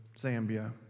Zambia